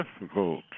difficult